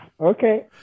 Okay